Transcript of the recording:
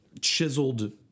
chiseled